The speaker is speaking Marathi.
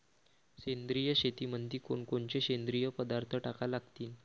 सेंद्रिय शेतीमंदी कोनकोनचे सेंद्रिय पदार्थ टाका लागतीन?